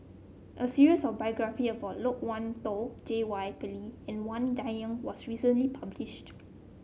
a series of biography about Loke Wan Tho J Y Pillay and Wang Dayuan was recently published